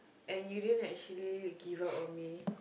and you didn't actually give up on me